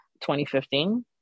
2015